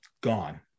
gone